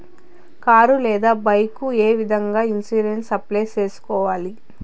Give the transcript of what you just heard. car లేదా bike ఏ విధంగా ఇన్సూరెన్సు అప్లై సేసుకోవాలి